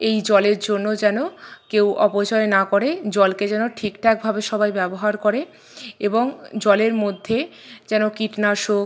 এই জলের জন্য যেন কেউ অপচয় না করে জলকে যেন ঠিকঠাকভাবে সবাই ব্যবহার করে এবং জলের মধ্যে যেন কীটনাশক